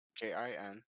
K-I-N